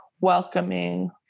welcoming